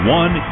one